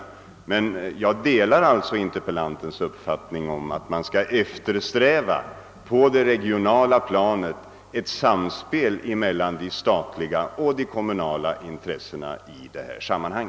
Jag delar dock interpellantens uppfattning att man på det regionala planet skall eftersträva ett samspel mellan de statliga och de kommunala intressena i detta sammanhang.